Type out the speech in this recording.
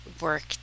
work